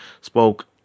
spoke